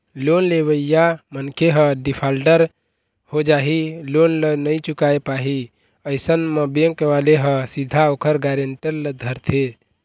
loan लेवइया मनखे ह डिफाल्टर हो जाही लोन ल नइ चुकाय पाही अइसन म बेंक वाले ह सीधा ओखर गारेंटर ल धरथे